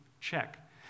Check